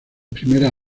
primeras